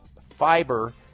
fiber